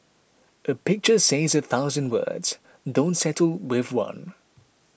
a pictures says a thousand words don't settle with one